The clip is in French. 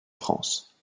france